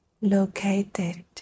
located